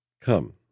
Come